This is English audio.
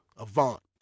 Avant